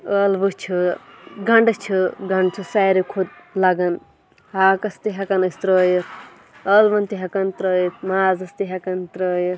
ٲلوٕ چھِ گَنٛڈٕ چھِ گَنڈٕ چھِ ساروٕے کھۄتہٕ لَگَان ہاکَس تہِ ہیٚکَان أسۍ ترٛٲیِتھ ٲلوَن تہِ ہیٚکَان ترٛٲیِتھ مازَس تہِ ہیٚکَان ترٛٲیِتھ